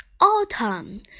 autumn